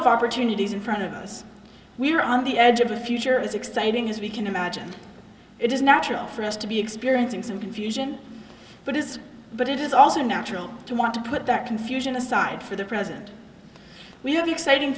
of opportunities in front of us we're on the edge of a future as exciting as we can imagine it is natural for us to be experiencing some confusion but it is but it is also natural to want to put that confusion aside for the present we